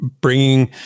bringing